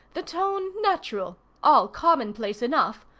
the tone natural all common place enough.